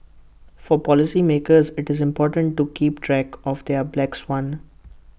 for policymakers IT is important to keep track of their black swan